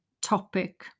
topic